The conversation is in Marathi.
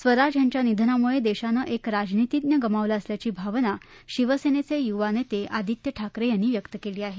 स्वराज यांच्या निधनामुळे देशानं एक राजनीतीज्ञ गमावला असल्याची भावना शिवसेनेचे युवानेते आदित्य ठाकरे यांनी व्यक्त केली आहे